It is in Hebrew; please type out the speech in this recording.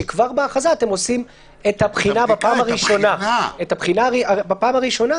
שכבר בהכרזה אתם עושים את הבחינה בפעם הראשונה.